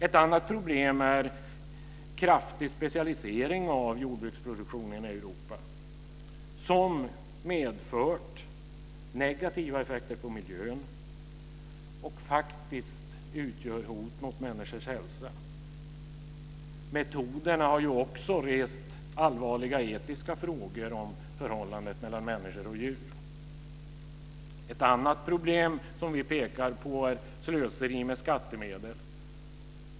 Ett annat problem är en kraftig specialisering av jordbruksproduktionen i Europa. Det har medfört negativa effekter på miljön och utgör faktiskt också ett hot mot människors hälsa. Metoderna har också rest allvarliga etiska frågor om förhållandet mellan människor och djur. Ytterligare ett problem som vi pekar på är slöseri med skattemedel.